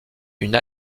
une